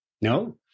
No